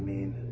mean,